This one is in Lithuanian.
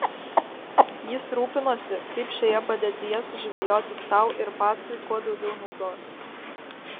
jis rūpinosi kaip šioje padėtyje sužvejoti sau ir pacui kuo daugiau naudos